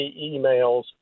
emails